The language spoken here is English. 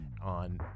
on